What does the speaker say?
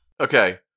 Okay